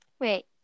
Wait